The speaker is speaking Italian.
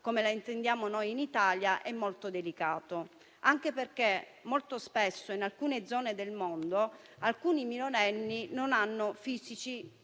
come la intendiamo noi in Italia, anche perché molto spesso in alcune zone del mondo alcuni minorenni non hanno fisici